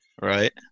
right